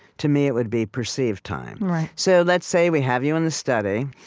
to me, it would be perceived time so let's say we have you in the study,